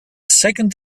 second